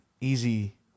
easy